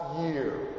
year